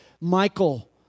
Michael